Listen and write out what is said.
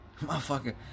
Motherfucker